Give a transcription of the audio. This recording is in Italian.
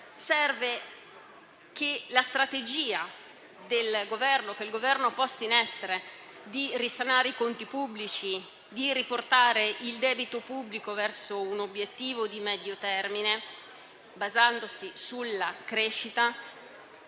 serve che la strategia che il Governo ha posto in essere per risanare i conti pubblici e riportare il debito pubblico verso un obiettivo di medio termine, basandosi sulla crescita,